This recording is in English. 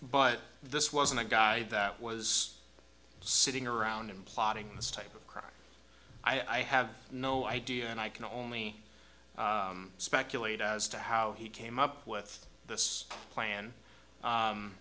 but this wasn't a guy that was sitting around him plotting this type of crime i have no idea and i can only speculate as to how he came up with this plan